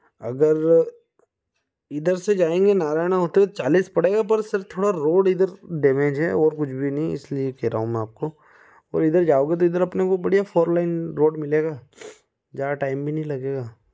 अगर इधर से जाएँगे नारायणा होते हुए चालीस पड़ेगा पर सर थोड़ा रोड़ इधर डैमेज है और कुछ भी नहीं इसलिए कह रहा हूँ मैं आपको और इधर जाओगे तो इधर अपने को बढ़िया फोर लाइन रोड मिलेगा ज़्यादा टाइम भी नहीं लगेगा